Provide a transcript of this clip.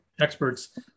experts